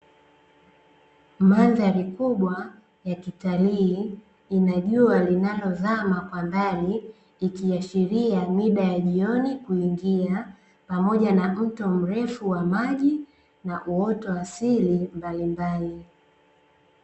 Mandhari kubwa ya kitalii ina jua linalozama kwa mbali ikiashiria muda wa jioni kuingia,, pamoja na mto mrefu wa maji na uoto wa asili mbalimbali.